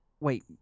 Wait